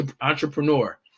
entrepreneur